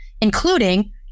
including